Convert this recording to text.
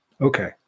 Okay